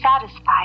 satisfied